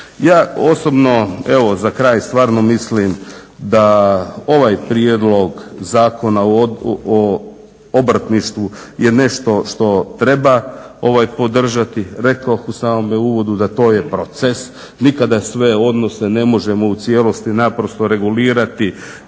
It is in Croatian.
Ja osobno evo za kraj stvarno mislim da ovaj prijedlog Zakona o obrtništvu je nešto što treba podržati. Rekoh u samome uvodu da to je proces. Nikada sve odnose ne možemo u cijelosti naprosto regulirati,